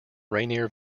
rainier